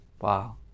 Wow